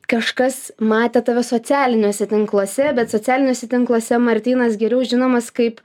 kažkas matė tave socialiniuose tinkluose bet socialiniuose tinkluose martynas geriau žinomas kaip